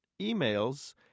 emails